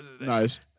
Nice